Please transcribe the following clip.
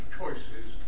choices